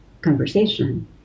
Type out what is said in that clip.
conversation